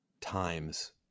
times